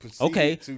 Okay